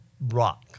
rock